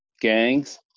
gangs